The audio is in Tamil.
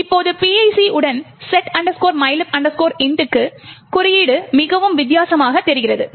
இப்போது PIC உடன் set mylib int க்கு குறியீடு மிகவும் வித்தியாசமாக தெரிகிறது